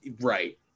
Right